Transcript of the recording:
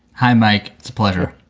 hi, mike. it's a pleasure.